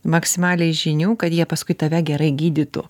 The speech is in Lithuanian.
maksimaliai žinių kad jie paskui tave gerai gydytų